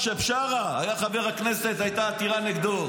חבר הכנסת בן ברק.